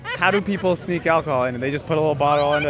how do people sneak alcohol and in? they just put a little bottle and